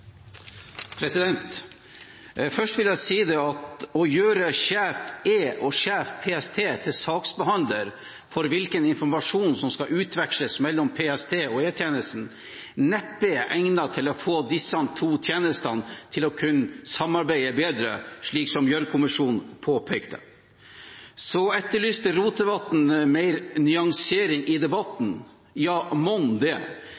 over. Først vil jeg si at det å gjøre sjefen for E-tjenesten og sjefen for PST til saksbehandlere for hvilken informasjon som skal utveksles mellom PST og E-tjenesten, neppe er egnet til å få disse to tjenestene til å samarbeide bedre, slik som Gjørv-kommisjonen påpekte. Så etterlyste Rotevatn mer nyansering i debatten – ja, mon det.